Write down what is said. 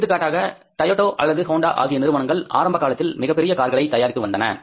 எடுத்துக்காட்டாக டொயோட்டோ அல்லது ஹோண்டா ஆகிய நிறுவனங்கள் ஆரம்ப காலத்தில் மிகப் பெரிய கார்களை தயாரித்து வந்தன